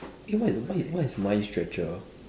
eh what is what is what is mind stretcher